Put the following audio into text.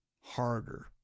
harder